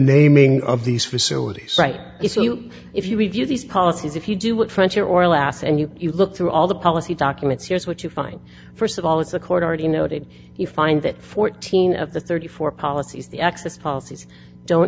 naming of these facilities right if you if you review these policies if you do what french or last and you you look through all the policy documents here's what you find st of all it's a court already noted you find that fourteen of the thirty four policies the access policies don't